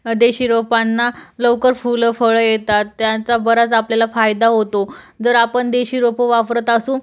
देशी रोपांना लवकर फुलं फळं येतात त्यांचा बराच आपल्याला फायदा होतो जर आपण देशी रोपं वापरत असू